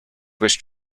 wish